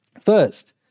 First